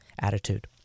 attitude